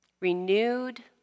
renewed